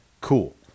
Cool